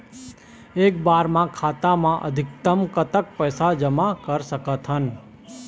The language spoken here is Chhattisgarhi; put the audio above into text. एक बार मा खाता मा अधिकतम कतक पैसा जमा कर सकथन?